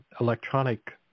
electronic